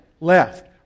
left